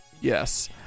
Yes